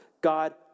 God